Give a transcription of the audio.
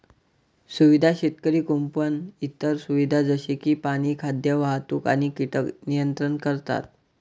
सुविधा शेतकरी कुंपण इतर सुविधा जसे की पाणी, खाद्य, वाहतूक आणि कीटक नियंत्रण करतात